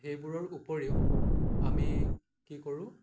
সেইবোৰৰ উপৰিও আমি কি কৰোঁ